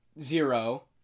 zero